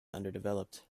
underdeveloped